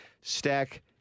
stack